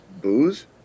Booze